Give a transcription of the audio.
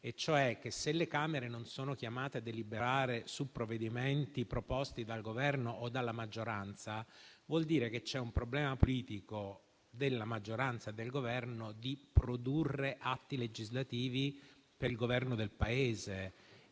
e cioè che, se le Camere non sono chiamate a deliberare su provvedimenti proposti dal Governo o dalla maggioranza, vuol dire che c'è un problema politico della maggioranza e del Governo di produrre atti legislativi per il governo del Paese.